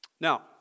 Now